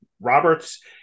roberts